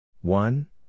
One